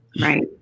right